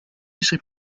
schrieb